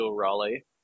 Raleigh